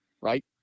right